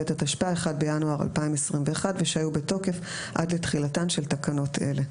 התשפ"א (1 בינואר 2021) ושהיו בתוקף עד לתחילתן של תקנות אלה.